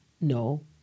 no